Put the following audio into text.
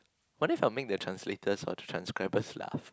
what if I'll make the translators or the transcribers laugh